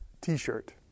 t-shirt